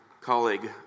colleague